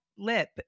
lip